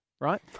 right